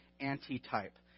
antitype